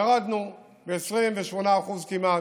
ירדנו ב-28% כמעט,